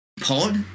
pod